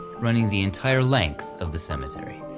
running the entire length of the cemetery.